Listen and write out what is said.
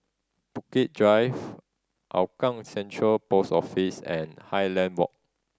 Bukit Drive Hougang Central Post Office and Highland Walk